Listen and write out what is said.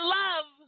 love